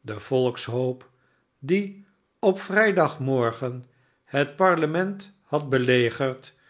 de volkshoop die op vrijdagmorgen het parlement had belegerd